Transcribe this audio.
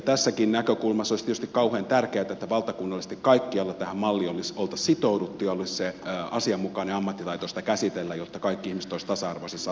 tässäkin näkökulmassa olisi tietysti kauhean tärkeätä että valtakunnallisesti kaikkialla tähän malliin olisi sitouduttu ja olisi asianmukainen ammattitaito sitä käsitellä jotta kaikki ihmiset olisivat tasa arvoisessa asemassa